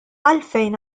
għalfejn